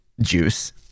juice